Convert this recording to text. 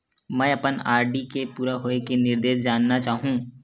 मैं अपन आर.डी के पूरा होये के निर्देश जानना चाहहु